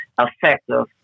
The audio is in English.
effective